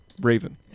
Raven